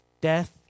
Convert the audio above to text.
death